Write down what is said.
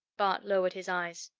bart lowered his eyes.